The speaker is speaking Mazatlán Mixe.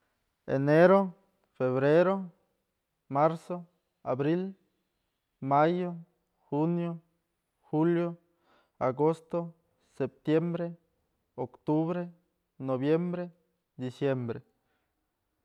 Enero, febrero, marzo, abril, mayo, junio, julio, agosto, septiembre, octubre, noviembre, diciembre.